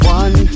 one